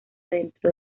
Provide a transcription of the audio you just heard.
dentro